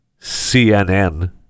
CNN